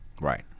right